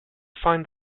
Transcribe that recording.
find